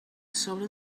sobre